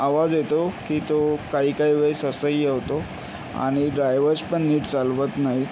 आवाज येतो की तो काहीकाही वेळेस असह्य होतो आणि ड्रायवर्स पण नीट चालवत नाहीत